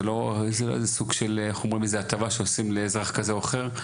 זה לא איזה סוג של הטבה שעושים לאזרח כזה או אחר.